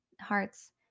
hearts